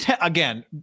again